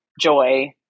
joy